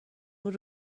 بود